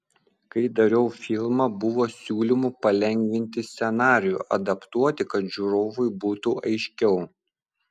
kai dariau filmą buvo siūlymų palengvinti scenarijų adaptuoti kad žiūrovui būtų aiškiau